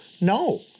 no